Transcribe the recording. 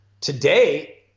Today